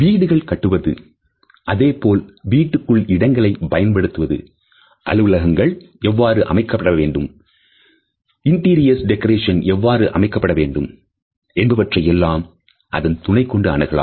வீடுகள் கட்டுவது அதேபோல் வீட்டுக்குள் இடங்களை பயன்படுத்துதல் அலுவலகங்கள் எவ்வாறு அமைக்கப்பட வேண்டும் இன்டீரியர் டெக்கரேஷன் எவ்வாறு அமைக்கப்பட வேண்டும் என்பவற்றை எல்லாம் அதன் துணை கொண்டு அணுகலாம்